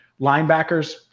Linebackers